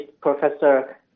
Professor